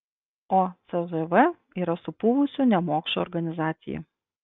o cžv yra supuvusi nemokšų organizacija